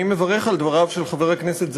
אני מברך על דבריו של חבר הכנסת זאב.